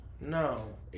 No